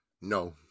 no